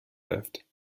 left